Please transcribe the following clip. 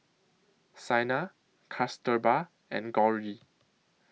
Saina Kasturba and Gauri